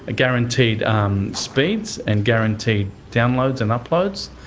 ah guaranteed um speeds, and guaranteed downloads and uploads,